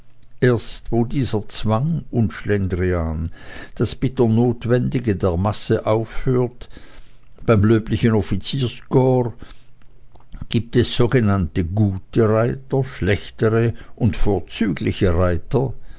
erst wo dieser zwang und schlendrian das bitter notwendige der masse aufhört beim löblichen offizierskorps gibt es sogenannte gute reiter schlechtere und vorzügliche reiter